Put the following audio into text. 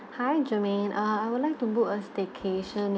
hi germane err err I would like to book a staycation